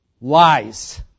Lies